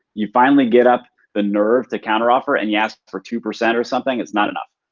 you finally get up the nerve to counter offer and you ask for two percent or something. it's not enough.